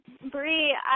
Bree